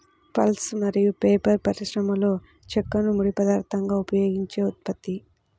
pulp మరియు paper పరిశ్రమలోచెక్కను ముడి పదార్థంగా ఉపయోగించే ఉత్పత్తి